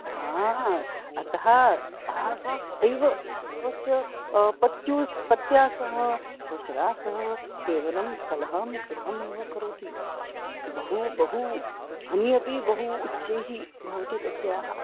हा अतः हा सा सदैव स्वस्य पत्युः पत्युः सह श्वश्र्वाः सह केवलं कलहः कलहमेव करोति बहु बहु ध्वनिः अपि बहु उच्चैः भवति तस्याः